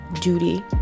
duty